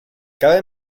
cabe